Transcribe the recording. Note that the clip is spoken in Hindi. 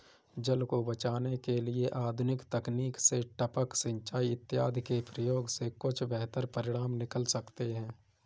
जल को बचाने के लिए आधुनिक तकनीक से टपक सिंचाई इत्यादि के प्रयोग से कुछ बेहतर परिणाम निकल सकते हैं